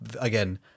Again